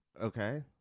Okay